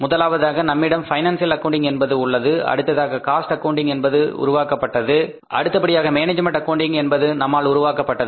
முதலாவதாக நம்மிடம் financial accounting என்பது உள்ளது அடுத்ததாக காஸ்ட் ஆக்கவுண்டிங் என்பது உருவாக்கப்பட்டது அடுத்தபடியாக மேனேஜ்மென்ட் அக்கவுண்டிங் என்பது நம்மால் உருவாக்கப்பட்டது